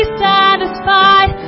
satisfied